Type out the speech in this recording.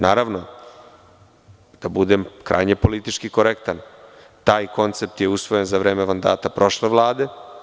Naravno, da budem krajnje politički korektan, taj koncept je usvojen za vreme mandata prošle Vlade.